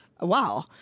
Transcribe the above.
Wow